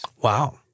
Wow